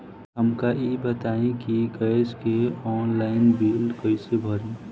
हमका ई बताई कि गैस के ऑनलाइन बिल कइसे भरी?